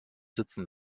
sitzen